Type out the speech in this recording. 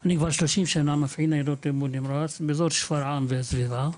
אני מפעיל כבר 30 שנה ניידות טיפול נמרץ באזור שפרעם והסביבה,